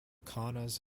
kaunas